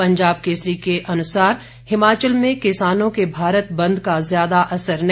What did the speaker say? पंजाब केसरी के अनुसार हिमाचल में किसानों के भारत बंद का ज्यादा असर नहीं